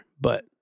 but-